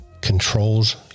controls